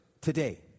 today